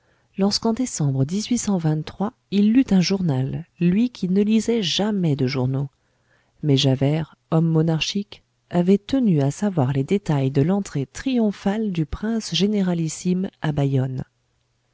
lorsqu'en décembre il lut un journal lui qui ne lisait jamais de journaux mais javert homme monarchique avait tenu à savoir les détails de l'entrée triomphale du prince généralissime à bayonne